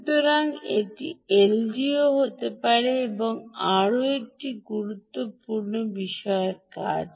সুতরাং এটি এলডিও করতে পারে এমন আরও একটি গুরুত্বপূর্ণ কাজ